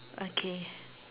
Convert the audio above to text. okay